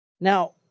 Now